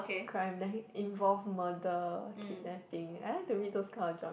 crime that involve murder kidnapping that thing I like to read those kind of gen~